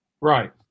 Right